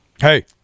hey